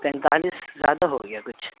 پینتالیس زیادہ ہو گیا کچھ